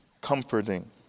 comforting